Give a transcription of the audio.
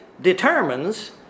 determines